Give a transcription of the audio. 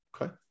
Okay